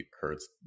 hurts